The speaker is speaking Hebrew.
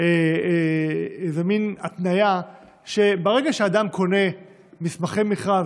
איזה מין התניה שברגע שאדם קונה מסמכי מכרז,